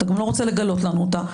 אתה גם לא רוצה לגלות לנו אותה.